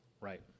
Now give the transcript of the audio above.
Right